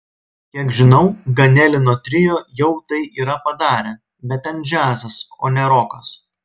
kiek žinau ganelino trio jau tai yra padarę bet ten džiazas o ne rokas